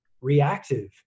reactive